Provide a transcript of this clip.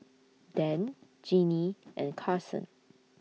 Dan Jinnie and Karson